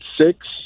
six